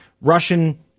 Russian